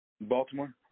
Baltimore